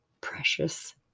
precious